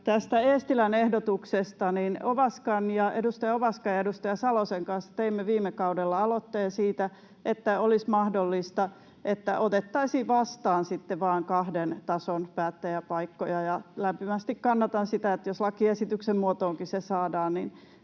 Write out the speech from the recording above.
Tästä Eestilän ehdotuksesta: Edustaja Ovaskan ja edustaja Salosen kanssa teimme viime kaudella aloitteen siitä, että olisi mahdollista, että otettaisiin vastaan sitten vain kahden tason päättäjäpaikkoja. Lämpimästi kannatan sitä, jos lakiesityksen muotoonkin se saadaan,